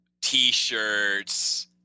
T-shirts